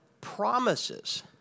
promises